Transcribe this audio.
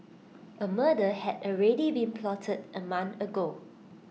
A murder had already been plotted A month ago